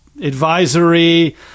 advisory